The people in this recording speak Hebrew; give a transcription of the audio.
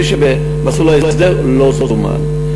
מי שבמסלול ההסדר לא זומן.